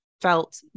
felt